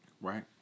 Right